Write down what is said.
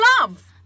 love